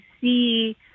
see